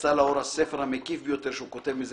יצא לאור הספר המקיף ביותר שהוא כותב מזה